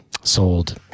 sold